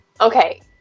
Okay